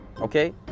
Okay